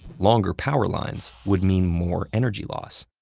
longer power lines would mean more energy loss.